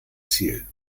ziel